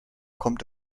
kommt